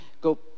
go